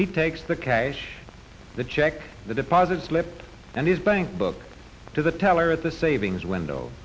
he takes the cash the check the deposit slip and his bank book to the teller at the savings window